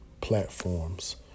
platforms